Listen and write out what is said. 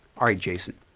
all right, jason,